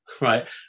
right